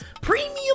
premium